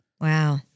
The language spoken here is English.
Wow